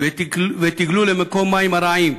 ותִגלו למקום המים הרעים,